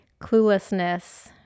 cluelessness